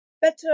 Better